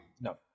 No